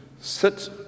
sit